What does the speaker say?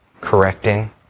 correcting